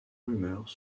rumeurs